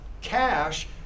cash